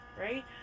right